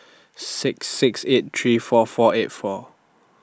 six six eight three four four eight four